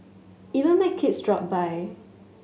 even my kids dropped by